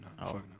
no